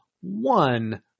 one